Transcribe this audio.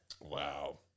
Wow